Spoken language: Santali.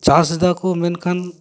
ᱪᱟᱥ ᱮᱫᱟ ᱠᱚ ᱢᱮᱱᱠᱷᱟᱱ